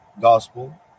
Gospel